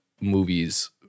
movies